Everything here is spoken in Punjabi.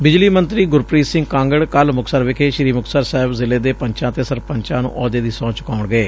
ਬਿਜਲੀ ਮੰਤਰੀ ਗੁਰਪ੍ੀਤ ਸਿੰਘ ਕਾਂਗੜ ਕੱਲ੍ਹ ਮੁਕਤਸਰ ਵਿਖੇ ਸ੍ੀ ਮੁਕਤਸਰ ਸਾਹਿਬ ਜ਼ਿਲ੍ਹੇ ਦੇ ਪੰਚਾਂ ਤੇ ਸਰਪੰਚਾਂ ਨੂੰ ਆਹੁਦੇ ਦੀ ਸਹੁੰ ਚੁਕਾਉਣਗੇ